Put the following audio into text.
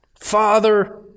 Father